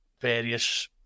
various